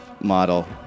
model